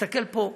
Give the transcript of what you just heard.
תסתכל פה,